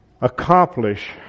accomplish